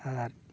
ᱟᱨ